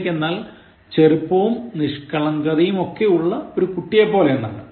Childlike എന്നാൽ ചെറുപ്പവും നിഷ്കളങ്കതയും ഒക്കെ ഉള്ള ഒരു കുട്ടിയെപ്പോലെ എന്നാണ്